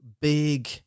big